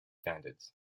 standards